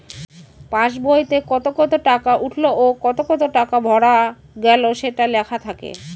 pass বইতে কত কত টাকা উঠলো ও কত কত টাকা ভরা গেলো সেটা লেখা থাকে